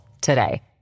today